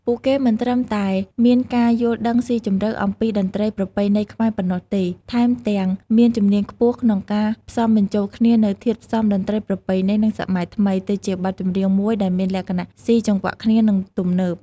ពួកគេមិនត្រឹមតែមានការយល់ដឹងស៊ីជម្រៅអំពីតន្ត្រីប្រពៃណីខ្មែរប៉ុណ្ណោះទេ ថែមទាំងមានជំនាញខ្ពស់ក្នុងការ ផ្សំបញ្ចូលគ្នានូវធាតុផ្សំតន្ត្រីប្រពៃណី និងសម័យថ្មី ទៅជាបទចម្រៀងមួយដែលមានលក្ខណៈ ស៊ីចង្វាក់គ្នា និង ទំនើប។